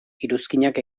iruzkinak